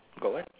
got what